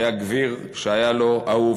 היה גביר שהיה לו אהוב